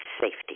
safety